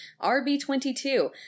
RB22